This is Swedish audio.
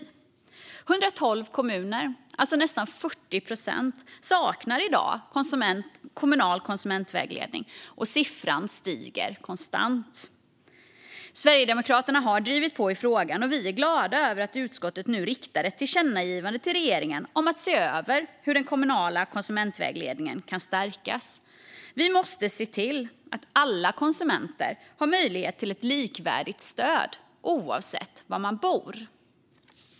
112 kommuner, alltså nästan 40 procent, saknar i dag kommunal konsumentvägledning. Och siffran stiger konstant. Vi i Sverigedemokraterna har drivit på i frågan, och vi är glada över att utskottet nu riktar ett tillkännagivande till regeringen om att man ska se över hur den kommunala konsumentvägledningen kan stärkas. Vi måste se till att alla konsumenter har möjlighet till ett likvärdigt stöd, oavsett var de bor.